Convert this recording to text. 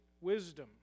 wisdom